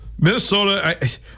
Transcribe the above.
Minnesota